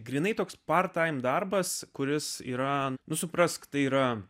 grynai toks part taim darbas kuris yra suprask tai yra